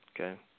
Okay